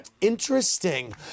Interesting